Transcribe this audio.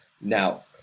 Now